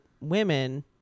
women